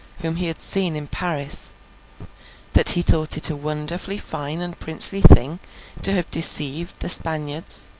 whom he had seen in paris that he thought it a wonderfully fine and princely thing to have deceived the spaniards,